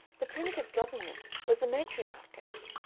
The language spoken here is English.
the primitive government was the matriarchate.